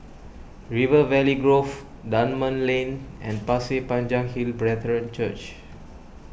River Valley Grove Dunman Lane and Pasir Panjang Hill Brethren Church